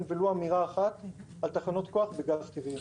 ולו אמירה אחת על תחנות כוח בגז טבעי.